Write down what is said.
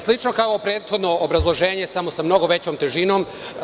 Slično kao prethodno obrazloženje samo sa mnogo većom težinom.